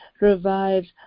revives